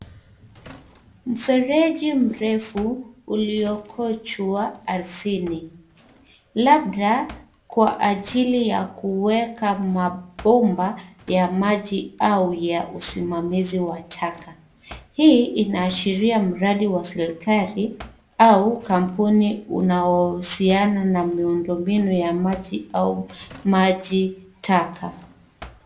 Mfereji mrefu uliokochwa ardhini labda kwa ajili ya kuweka mabomba ya maji au ya usimamizi wa taka. Hii inaashiria mradi wa serikali au kampuni unaohusiana na miundo mbinu ya maji au maji taka.